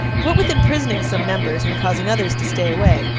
what with imprisoning some members and causing others to stay away,